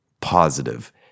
positive